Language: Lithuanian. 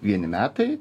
vieni metai